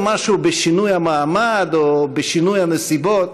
משהו בשינוי המעמד או בשינוי הנסיבות.